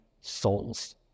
souls